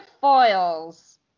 foils